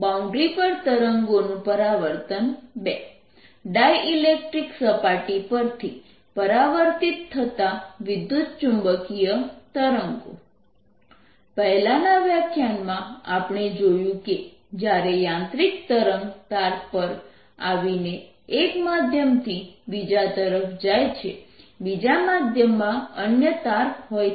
boundary પર તરંગોનું પરાવર્તન II ડાયઈલેક્ટ્રીક સપાટી પરથી પરાવર્તિત થતા વિદ્યુતચુંબકીય તરંગો પહેલાનાં વ્યાખ્યાનમાં આપણે જોયું કે જ્યારે યાંત્રિક તરંગ તાર પર આવીને એક માધ્યમથી બીજા તરફ જાય છે બીજા માધ્યમમાં અન્ય તાર હોય છે